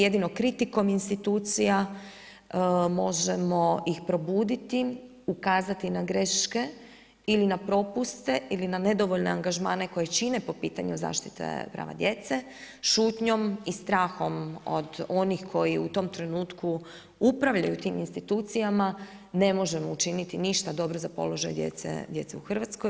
Jedino kritikom institucija možemo ih probuditi, ukazati na greške ili na propuste ili na nedovoljne angažmane koji čine po pitanju zaštite prava djece, šutnjom i strahom od onih koji u tom trenutku upravljaju tim institucijama ne možemo učiniti ništa dobro za položaj djece, djece u Hrvatskoj.